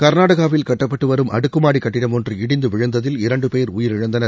கர்நாடகாவில் கட்டப்பட்டு வரும் அடுக்கு மாடி கட்டிடம் ஒன்று இடிந்து விழுந்ததில் இரண்டு பேர் உயிரிழந்தனர்